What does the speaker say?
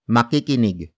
Makikinig